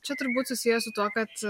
čia turbūt susiję su tuo kad